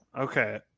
Okay